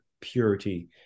purity